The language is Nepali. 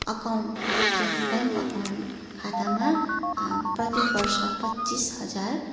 अकाउन्ट जुन ब्याङ्क अकाउन्ट खातामा प्रतिवर्ष पच्चिस हजार